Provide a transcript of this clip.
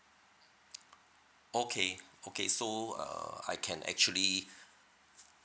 okay okay so err I can actually